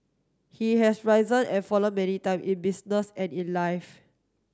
he has risen and fallen many time in business and in life